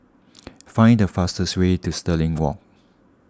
find the fastest way to Stirling Walk